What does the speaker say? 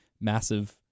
massive